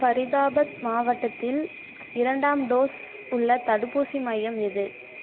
ஃபரிதாபத் மாவட்டத்தில் இரண்டாம் டோஸ் உள்ள தடுப்பூசி மையம் எது